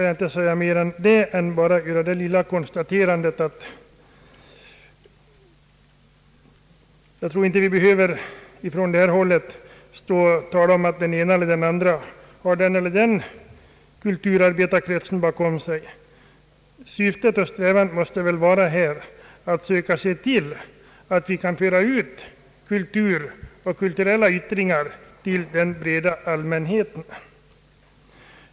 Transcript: Jag tror sedan inte att vi här behöver tala om att den ena eller den andra har den eller den kulturarbetarkretsen bakom sig. Vårt syfte och vår strävan måste väl vara att se till att kultur och kulturella yttringar på bästa sätt kan föras ut till den breda allmänheten.